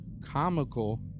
comical